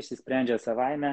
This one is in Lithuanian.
išsisprendžia savaime